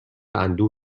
اندوه